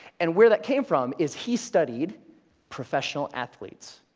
and where that came from is, he studied professional athletes,